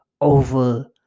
over